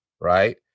Right